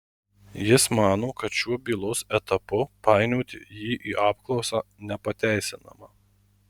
jis mano kad šiuo bylos etapu painioti jį į apklausą nepateisinama